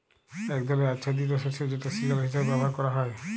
এক ধরলের আচ্ছাদিত শস্য যেটা সিরিয়াল হিসেবে ব্যবহার ক্যরা হ্যয়